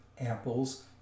apples